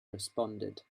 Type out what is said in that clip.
responded